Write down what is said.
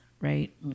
right